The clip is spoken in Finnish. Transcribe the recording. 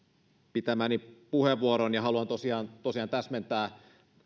pitämääni puheenvuoroon ja haluan tosiaan tosiaan täsmentää